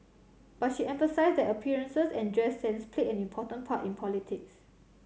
but she emphasised that appearances and dress sense played an important part in politics